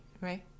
right